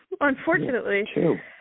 Unfortunately